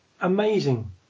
amazing